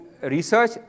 research